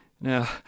Now